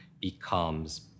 becomes